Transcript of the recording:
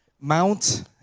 Mount